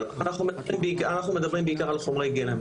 אנחנו מדברים בעיקר על חומרי גלם.